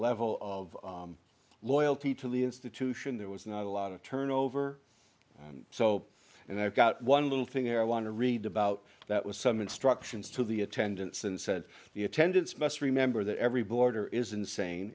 level of loyalty to the institution there was not a lot of turnover so and i've got one little thing there i want to read about that was some instructions to the attendants and said the attendants must remember that every boarder is insane